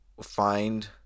find